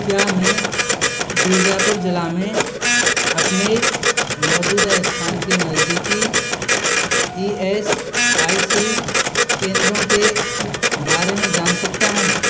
क्या मैं बीजापुर जिला में अपने मौजूदा स्थान के नज़दीकी ई एस आई सी केंद्रों के बारे में जान सकता हूँ